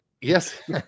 Yes